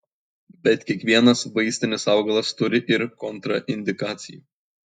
bet kiekvienas vaistinis augalas turi ir kontraindikacijų